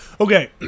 Okay